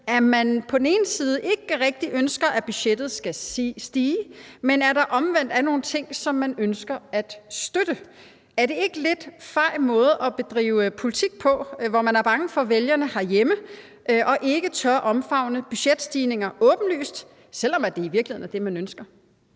at man på den ene side ikke rigtig ønsker, at budgettet skal stige, men at der omvendt er nogle ting, som man ønsker at støtte? Er det ikke lidt en fej måde at bedrive politik på, hvor man er bange for vælgerne herhjemme og ikke tør omfavne budgetstigninger åbenlyst, selv om det i virkeligheden er det, man ønsker?